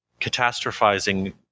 catastrophizing